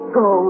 go